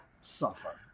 suffer